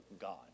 God